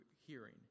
hearing